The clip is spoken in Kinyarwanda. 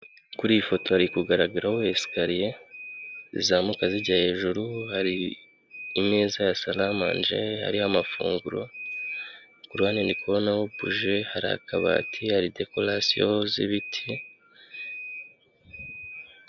Kuri iyi foto hari kugaragaraho esikariye zizamuka zijya hejuru, hari ameza ya salamange, hariho amafunguro, ku ruhande ndi kubonaho buje, hari akabati, hari dekorasiyo z'ibiti.